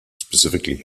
specifically